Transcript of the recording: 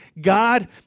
God